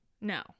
No